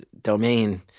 domain